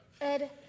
Ed